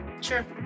Sure